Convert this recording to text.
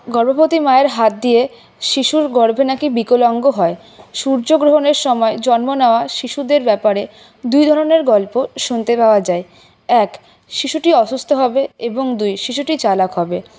গর্ভবতীর মায়ের হাত দিয়ে শিশুর গর্ভে নাকি বিকলঙ্গ হয় সূর্যগ্রহণের সময় জন্ম নেওয়া শিশুদের ব্যাপারে দুই ধরণের গল্প শুনতে পাওয়া যায় এক শিশুটি অসুস্থ হবে এবং দুই শিশুটি চালাক হবে